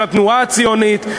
של התנועה הציונית.